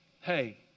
hey